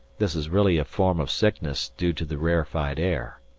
this is really a form of sickness due to the rarefied air.